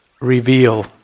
reveal